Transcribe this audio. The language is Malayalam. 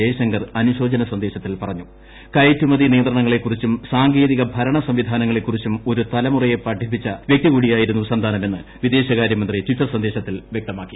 ജയശങ്കർ അനുശോചന കയറ്റുമതി നിയന്ത്രണങ്ങളെക്കുറിച്ചും സാങ്കേതിക ഭരണ സംവിധാനങ്ങളെക്കുറിച്ചും ഒരു തലമുറയെ പഠിപ്പിച്ച വൃക്തി കൂടിയായിരുന്ന സന്താനമെന്ന് വിദേശകാര്യമന്ത്രി ടിറ്റർ സന്ദേശത്തിൽ വ്യക്തമാക്കി